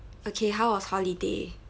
okay how was holiday